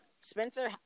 Spencer